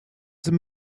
some